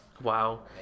Wow